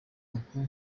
makuru